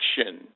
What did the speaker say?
action –